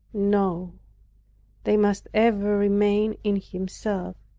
no they must ever remain in himself,